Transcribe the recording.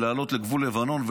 לעלות לגבול לבנון,